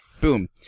Boom